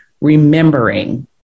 remembering